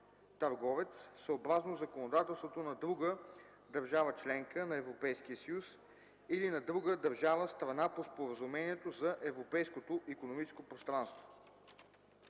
търговец съобразно законодателството на друга държава – членка на Европейския съюз, или на друга държава – страна по Споразумението за Европейското икономическо пространство;